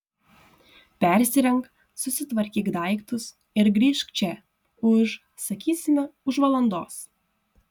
persirenk susitvarkyk daiktus ir grįžk čia už sakysime už valandos